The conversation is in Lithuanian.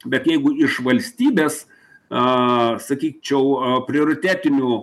bet jeigu iš valstybės a sakyčiau a prioritetinių